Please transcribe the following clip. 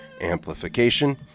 amplification